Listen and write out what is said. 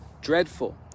dreadful